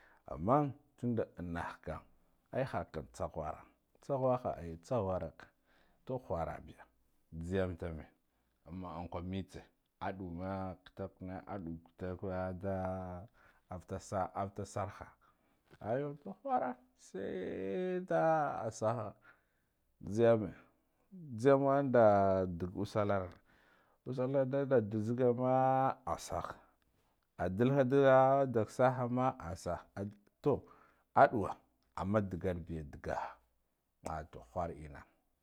Amman tunda innahkam ai hakk tsagwa ra tsaghwaha eh tsaghwara to whara biya jhiyam dame amma unkwa mtse a ɗuma kitakna aɗu kitakwe da aftasa afata sarha ayo to whara sai da a saha jhiyeme jhiyemenda usalara usala da na jhigama asah adilha da daksana ma asah to aɗuwa amma digalbi digah ato whar ina.